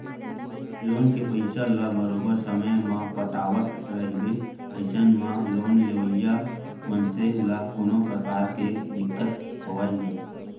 loan के पइसा ल बरोबर समे म पटावट रहिबे अइसन म लोन लेवइया मनसे ल कोनो परकार के दिक्कत होवय नइ